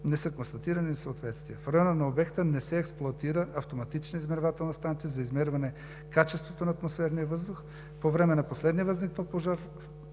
не са констатирани несъответствия. В района на обекта не се експлоатира автоматична измервателна станция за измерване качеството на атмосферния въздух. По време на последния възникнал пожар